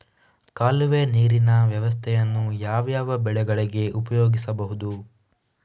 ಕಾಲುವೆ ನೀರಿನ ವ್ಯವಸ್ಥೆಯನ್ನು ಯಾವ್ಯಾವ ಬೆಳೆಗಳಿಗೆ ಉಪಯೋಗಿಸಬಹುದು?